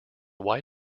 why